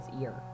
ear